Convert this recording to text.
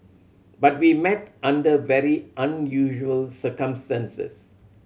but we met under very unusual circumstances